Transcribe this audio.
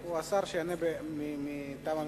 הוא השר שיענה מטעם הממשלה.